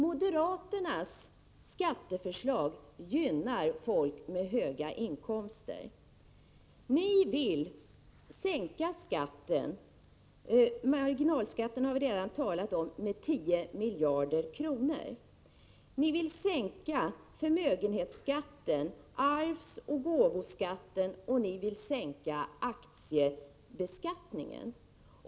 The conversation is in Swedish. Moderaternas skatteförslag gynnar folk med höga inkomster. Ni vill sänka skatten — marginalskatten har vi redan talat om — med 10 miljarder kronor. Ni vill sänka förmögenhetsskatten, arvsoch gåvoskatten samt aktiebeskattningen.